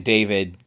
David